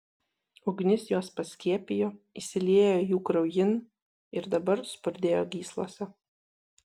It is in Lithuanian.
ugnis juos paskiepijo įsiliejo jų kraujin ir dabar spurdėjo gyslose